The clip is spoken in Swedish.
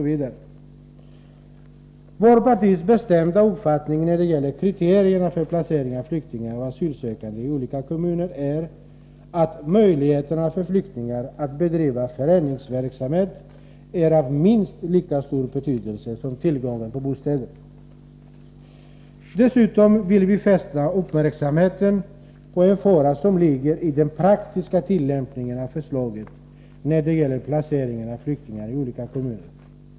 Vårt partis bestämda uppfattning när det gäller kriterierna för placeringen av flyktingar och asylsökande i olika kommuner är att möjligheterna för flyktingar att bedriva föreningsverksamhet är av minst lika stor betydelse som tillgången på bostäder. Vidare vill vi att man skall vara uppmärksam på den fara som ligger i den praktiska tillämpningen av förslaget när det gäller placeringen av flyktingar i olika kommuner.